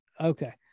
okay